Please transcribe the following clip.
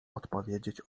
odpowiedzieć